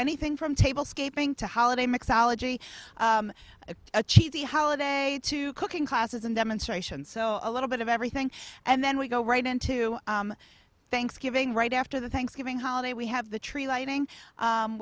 anything from table scaping to holiday mix ology a cheesy holiday to cooking classes and demonstrations so a little bit of everything and then we go right into thanksgiving right after the thanksgiving holiday we have the tree lighting